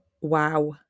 wow